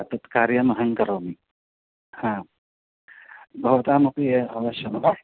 तत् कार्यमहं करोमि हा भवतामपि अवश्यं वा